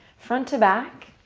front to back.